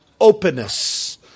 openness